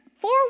four